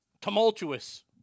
Tumultuous